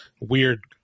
weird